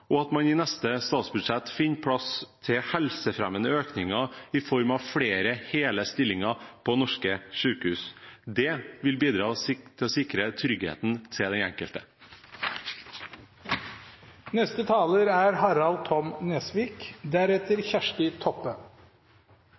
og at man i neste statsbudsjett finner plass til helsefremmende økninger i form av flere hele stillinger på norske sykehus. Det vil bidra til å sikre tryggheten til den